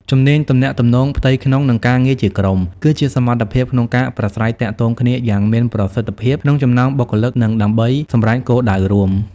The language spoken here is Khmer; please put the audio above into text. ជំនាញទំនាក់ទំនងផ្ទៃក្នុង និងការងារជាក្រុម គឺជាសមត្ថភាពក្នុងការប្រាស្រ័យទាក់ទងគ្នាយ៉ាងមានប្រសិទ្ធភាពក្នុងចំណោមបុគ្គលិក និងដើម្បីសម្រេចគោលដៅរួម។